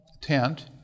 tent